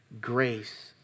grace